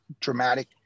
dramatic